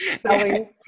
Selling